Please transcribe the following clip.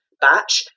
batch